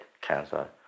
cancer